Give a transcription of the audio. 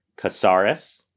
Casares